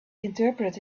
interpret